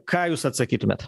ką jūs atsakytumėt